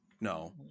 no